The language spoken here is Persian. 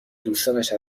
دوستانش